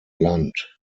land